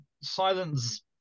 Silence